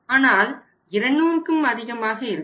ஆனால் 200க்கும் அதிகமாக இருக்கும்